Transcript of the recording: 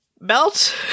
belt